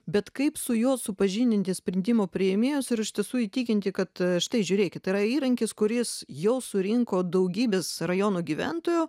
bet kaip su juo supažindinti sprendimo priėmėjus ir iš tiesų įtikinti kad štai žiūrėkit yra įrankis kuris jau surinko daugybės rajono gyventojų